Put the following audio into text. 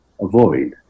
avoid